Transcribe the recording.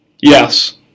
Yes